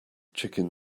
chicken